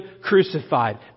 crucified